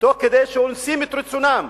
תוך כדי שאונסים את רצונם,